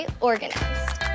organized